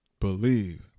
believe